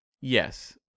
Yes